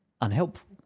unhelpful